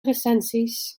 recensies